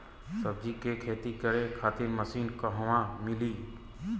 सब्जी के खेती करे खातिर मशीन कहवा मिली?